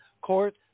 Court